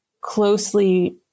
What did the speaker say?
closely